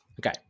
Okay